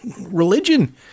religion